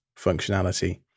functionality